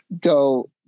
go